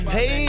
Hey